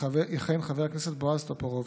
יכהן חבר הכנסת בועז טופורובסקי,